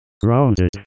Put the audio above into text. grounded